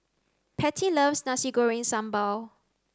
Pattie loves nasi goreng sambal